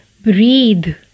breathe